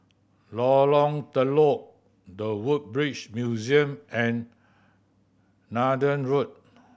Lorong Telok The Woodbridge Museum and Neythai Road